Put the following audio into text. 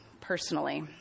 personally